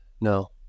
no